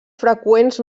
freqüents